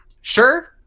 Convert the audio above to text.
sure